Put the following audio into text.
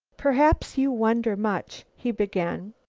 perhaps you wonder much? he began.